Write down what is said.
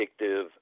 addictive